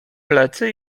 plecy